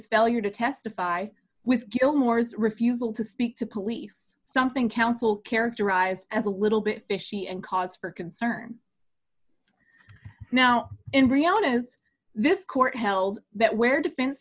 spell you to testify with gilmore's refusal to speak to police something counsel characterized as a little bit fishy and cause for concern now in reality is this court held that where defense